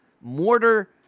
mortar